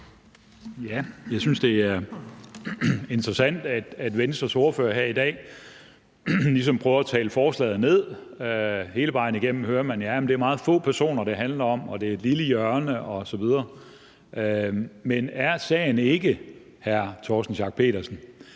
Jeg synes, det er interessant, at Venstres ordfører her i dag ligesom prøver at tale forslaget ned. Hele vejen igennem hører man, at det er meget få personer, det handler om, og at det er et lille hjørne osv., men er sagen ikke, hr. Torsten Schack Pedersen,